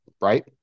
right